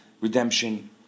redemption